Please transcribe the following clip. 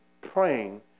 praying